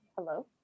Hello